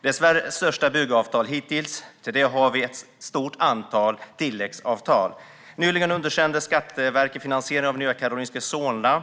Det är Sveriges största byggavtal hittills, och till det har vi ett stort antal tilläggsavtal. Nyligen underkände Skatteverket finansieringen av Nya Karolinska Solna.